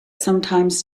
sometimes